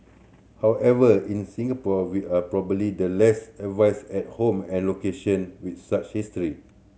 however in Singapore we are probably the less averse at home and location with such history